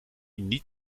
niet